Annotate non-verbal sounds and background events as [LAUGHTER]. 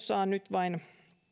[UNINTELLIGIBLE] saa nyt vain